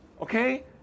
okay